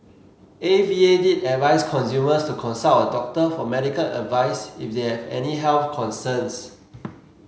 A V A did advice consumers to consult a doctor for medical advice if they have any health concerns